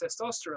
testosterone